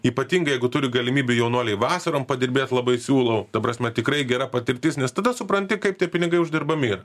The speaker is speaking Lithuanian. ypatingai jeigu turi galimybių jaunuoliai vasarom padirbėt labai siūlau ta prasme tikrai gera patirtis nes tada supranti kaip tie pinigai uždirbami yra